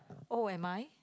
oh am I